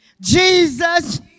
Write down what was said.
Jesus